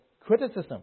criticism